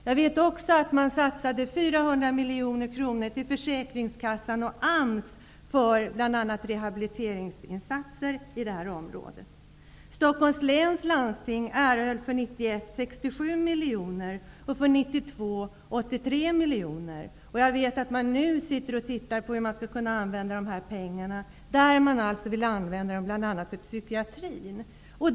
Jag vet också att 400 miljoner kronor satsades på Försäkringskassan och AMS bl.a. för rehabiliteringsinsatser på nämnda område. och 83 mkr för 1992. Dessutom vet jag att man nu undersöker hur de här pengarna skall användas. Bl.a. vill man använda dem för psykiatrin.